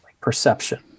perception